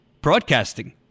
broadcasting